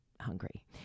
hungry